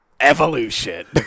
Evolution